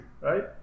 right